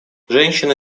женщины